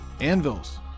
anvils